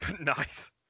Nice